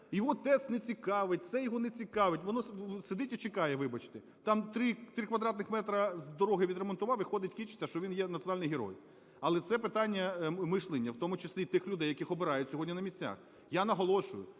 його ТЕЦ не цікавить, це його не цікавить, "воно" сидить і чекає, вибачте. Там 3 квадратних метра дороги відремонтував - і ходитькичиться, що він є національний герой. Але це питання мислення, в тому числі і тих людей, яких обирають сьогодні на місцях. Я наголошую,